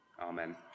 Amen